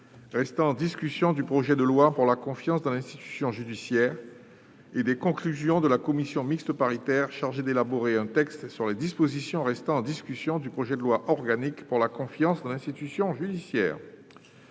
restant en discussion du projet de loi pour la confiance dans l'institution judiciaire (texte de la commission n° 84, rapport n° 83) et des conclusions de la commission mixte paritaire chargée d'élaborer un texte sur les dispositions restant en discussion du projet de loi organique pour la confiance dans l'institution judiciaire